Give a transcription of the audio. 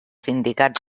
sindicats